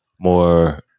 more